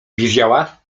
wiedziała